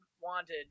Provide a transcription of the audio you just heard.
wanted